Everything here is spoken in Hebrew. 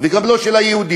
וגם לא של היהודים,